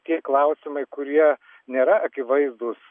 tie klausimai kurie nėra akivaizdūs